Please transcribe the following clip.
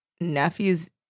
nephew's